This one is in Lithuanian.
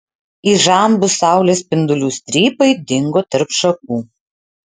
įžambūs saulės spindulių strypai dingo tarp šakų